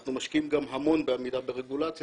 אנחנו משקיעים גם המון בעמידה ברגולציה,